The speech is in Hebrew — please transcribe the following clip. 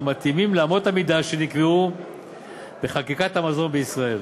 המתאימים לאמות המידה שנקבעו בחקיקת המזון בישראל.